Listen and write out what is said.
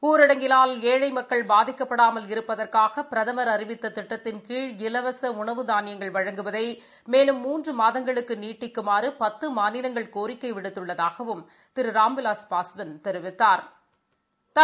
ஊரடங்கினால் ஏழை மக்கள் பாதிக்கப்படாமல் இருப்பதற்காக பிரதமா் அறிவித்த திட்டத்தின் கீழ் இலவச உணவு தானியங்கள் வழங்குவதை மேலும் மூன்று மாதங்கள் நீட்டிக்குமாறு பத்து மாநிலங்கள் கோரிக்கை விடுத்துள்ளதாகவும் திரு ராம்விலாஸ் பாஸ்வான் தெரிவித்தாா்